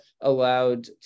allowed